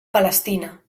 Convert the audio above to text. palestina